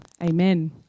Amen